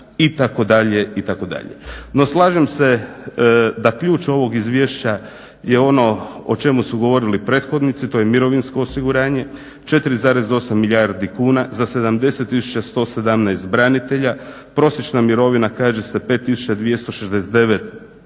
kuna itd., itd. No slažem se da ključ ovog izvješća je ono o čemu su govorili prethodnici, to je mirovinsko osiguranje, 4,8 milijardi kuna za 70 117 branitelja. Prosječna mirovina kaže se 5 269,67